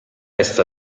est